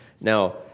Now